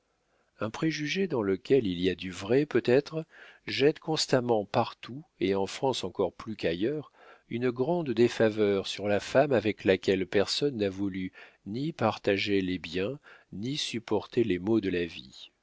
un préjugé dans lequel il y a du vrai peut-être jette constamment partout et en france encore plus qu'ailleurs une grande défaveur sur la femme avec laquelle personne n'a voulu ni partager les biens ni supporter les maux de la vie